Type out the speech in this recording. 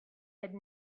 had